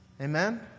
Amen